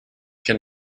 can